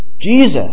Jesus